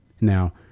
Now